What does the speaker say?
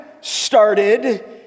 started